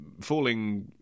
falling